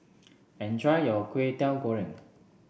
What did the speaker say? enjoy your Kwetiau Goreng